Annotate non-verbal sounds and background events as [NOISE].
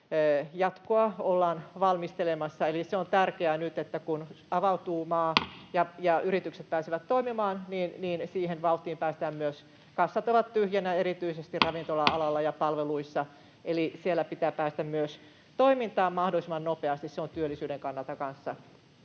ollaan valmistelemassa. Se on tärkeää nyt, kun maa avautuu [NOISE] ja yritykset pääsevät toimimaan, että siihen vauhtiin myös päästään. Kassat ovat tyhjinä erityisesti ravintola-alalla ja palveluissa, [NOISE] eli siellä pitää myös päästä toimintaan mahdollisimman nopeasti. Se on työllisyyden kannalta kanssa